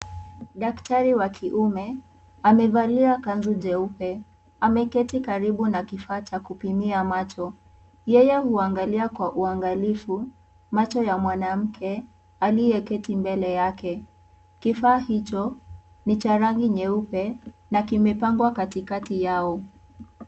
Daktari wa kiume amevalia kanzu jeupe ameketi karibu na kifaa cha kupimia macho yeye huangalia kwa uangalifu macho ya mwanamke aliyeketi mbele yake kifaa hicho ni cha rangi nyeupe na kimepangwa katikati yao.